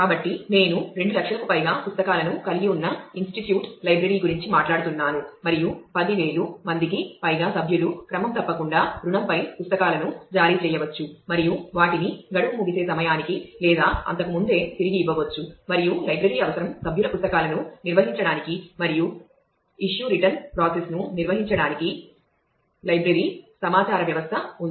కాబట్టి నేను 2 లక్షలకు పైగా పుస్తకాలను కలిగి ఉన్న ఇన్స్టిట్యూట్ లైబ్రరీ సమాచార వ్యవస్థ ఉంది